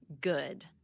good